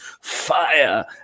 fire